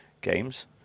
games